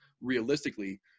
realistically